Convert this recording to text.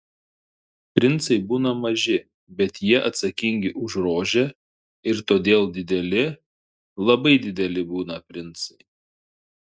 princai būna maži bet jie atsakingi už rožę ir todėl dideli labai dideli būna princai